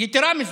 יתרה מזאת,